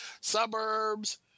suburbs